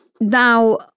Now